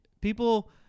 People